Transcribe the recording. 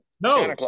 No